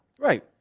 Right